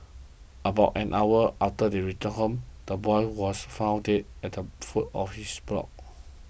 about an hour after they returned home the boy was found dead at the foot of his block